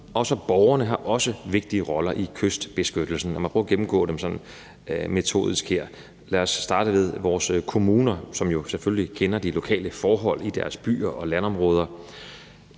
og borgerne har også vigtige roller i kystbeskyttelsen. Lad mig prøve at gennemgå dem sådan metodisk her. Lad os starte med vores kommuner, som jo selvfølgelig kender de lokale forhold i deres byer og landområder.